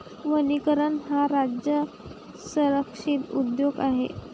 वनीकरण हा राज्य संरक्षित उद्योग आहे